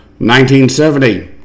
1970